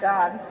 God